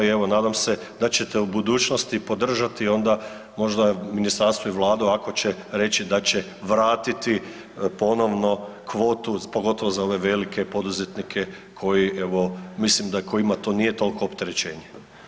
I evo nadam se da ćete u budućnosti podržati možda ministarstvo i Vladu ako će reći da će vratiti ponovno kvotu pogotovo za ove velike poduzetnike koji evo, mislim da tko ima to njima nije toliko opterećenje.